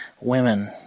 women